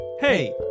Hey